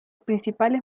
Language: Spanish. principales